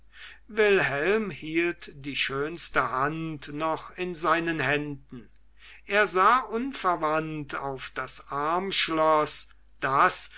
wilhelm hielt die schönste hand noch in seinen händen er sah unverwandt auf das armschloß das